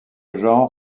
genre